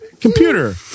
computer